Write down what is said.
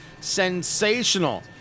sensational